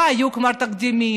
היו כבר תקדימים,